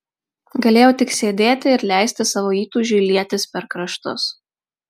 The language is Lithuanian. galėjau tik sėdėti ir leisti savo įtūžiui lietis per kraštus